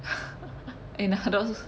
in other words